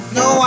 no